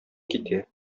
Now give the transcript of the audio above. китә